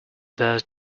burst